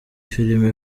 filime